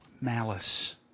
Malice